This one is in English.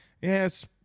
yes